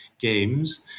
games